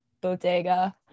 bodega